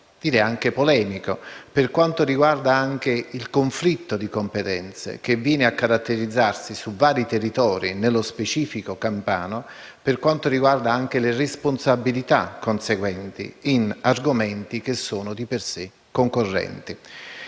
direi anche polemico, che riguarda anche il conflitto di competenze che viene a determinarsi su vari territori, nello specifico quello campano, per quanto concerne le responsabilità conseguenti in ambiti che sono di per sé concorrenti.